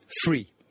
free